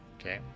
Okay